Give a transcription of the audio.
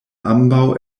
ambaŭ